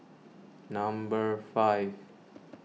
number five